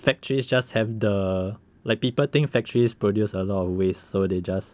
factories just have the like people think factories produced a lot of waste so they just